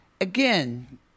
Again